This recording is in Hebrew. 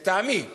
לטעמי,